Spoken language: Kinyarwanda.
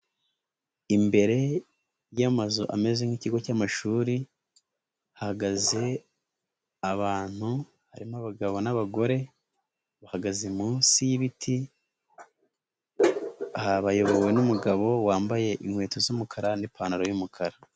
Imbere y'amazu ameze nk'ikigo cy'amashuri, hahagaze abantu harimo abagabo n'abagore, bahagaze munsi y'ibiti, bayobowe n'umugabo wambaye inkweto z'umukara n'ipantaro y'umukara.